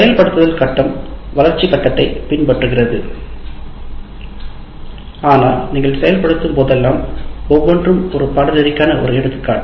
செயல்படுத்தல் கட்டம் வளர்ச்சி கட்டத்தைப் பின்பற்றுகிறது ஆனால் நீங்கள் செயல்படுத்தும் போதெல்லாம் ஒவ்வொன்றும் ஒரு பாடநெறிக்கான ஒரு எடுத்துக்காட்டு